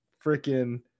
freaking